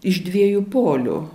iš dviejų polių